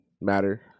matter